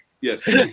yes